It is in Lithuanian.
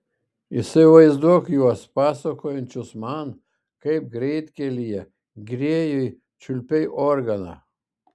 įsivaizduok juos pasakojančius man kaip greitkelyje grėjui čiulpei organą